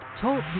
Talk